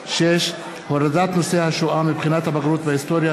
6. הורדת נושא השואה מבחינת הבגרות בהיסטוריה,